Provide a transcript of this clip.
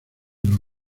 los